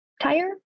tire